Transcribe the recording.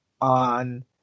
on